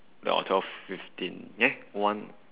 or twelve fifteen eh one